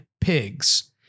pigs